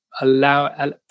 allow